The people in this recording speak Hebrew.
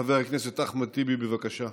חבר הכנסת אחמד טיבי, בבקשה.